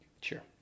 sure